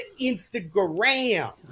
instagram